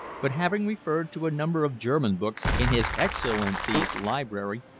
but having referred to a number of german books in his excellency's library,